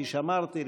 כפי שאמרתי,